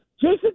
Jason